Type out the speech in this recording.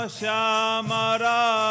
shama